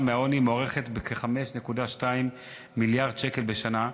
מהעוני מוערכות כ-5.2 מיליארד שקל בשנה,